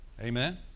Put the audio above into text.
Amen